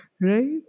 Right